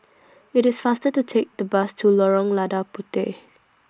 IT IS faster to Take The Bus to Lorong Lada Puteh